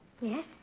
Yes